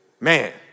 Man